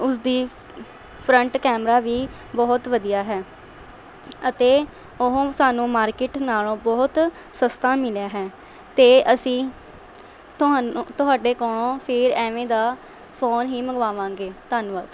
ਉਸਦੀ front camera ਵੀ ਬਹੁਤ ਵਧੀਆ ਹੈ ਅਤੇ ਉਹ ਸਾਨੂੰ ਮਾਰਕੀਟ ਨਾਲੋਂ ਬਹੁਤ ਸਸਤਾ ਮਿਲਿਆ ਹੈ ਅਤੇ ਅਸੀਂ ਤੁਹਾਨੂੰ ਤੁਹਾਡੇ ਕੋਲੋਂ ਫਿਰ ਇਵੇਂ ਦਾ ਫੋਨ ਹੀ ਮੰਗਵਾਵਾਂਗੇ ਧੰਨਵਾਦ